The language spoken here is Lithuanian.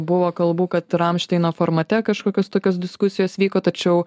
buvo kalbų kad ramšteino formate kažkokios tokios diskusijos vyko tačiau